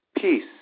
Peace